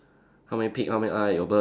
how many peak how many eye your bird